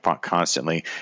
constantly